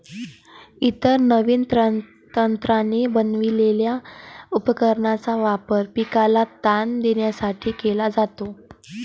इतर नवीन तंत्राने बनवलेल्या उपकरणांचा वापर पिकाला ताण देण्यासाठी केला जातो